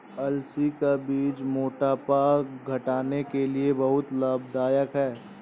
अलसी का बीज मोटापा घटाने के लिए बहुत लाभदायक है